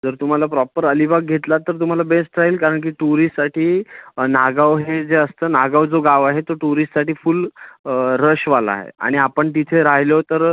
जर तुम्हाला प्रॉपर अलिबाग घेतला तर तुम्हाला बेस्ट राहील कारण की टुरिस्टसाठी नागाव हे जे असतं नागाव जो गाव आहे तो टुरिस्टसाठी फुल रशवाला आहे आणि आपण तिथे राहिलो तर